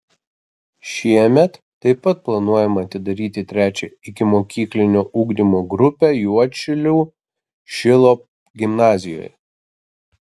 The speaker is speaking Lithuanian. šiemet taip pat planuojama atidaryti trečią ikimokyklinio ugdymo grupę juodšilių šilo gimnazijoje